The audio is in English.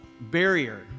barrier